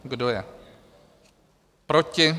Kdo je proti?